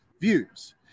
views